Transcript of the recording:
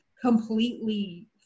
completely